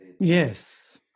yes